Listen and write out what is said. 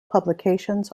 publications